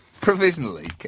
Provisionally